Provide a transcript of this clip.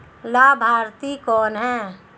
लाभार्थी कौन है?